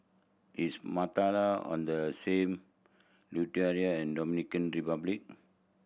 is on the same and Dominican Republic